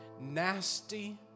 nasty